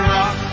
Rock